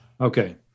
Okay